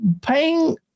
paying